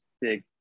big